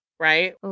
Right